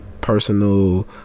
personal